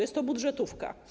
Jest to budżetówka.